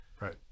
Right